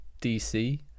DC